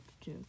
two